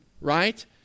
right